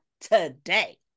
today